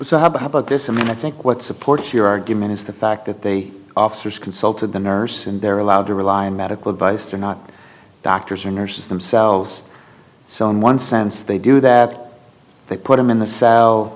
so how about this i mean i think what supports your argument is the fact that they officers consulted the nurse and they're allowed to rely on medical advice they're not doctors or nurses themselves so in one sense they do that they put him in the south